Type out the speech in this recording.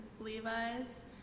Levi's